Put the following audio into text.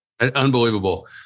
Unbelievable